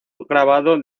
grabado